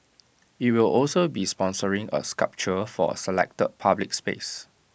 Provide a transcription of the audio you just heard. IT will also be sponsoring A sculpture for A selected public space